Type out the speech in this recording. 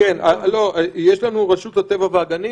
יש לנו מרשות הטבע והגנים?